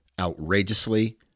outrageously